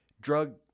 drug